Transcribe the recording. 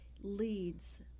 leads